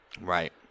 Right